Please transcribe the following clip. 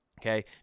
okay